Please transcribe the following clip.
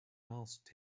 asked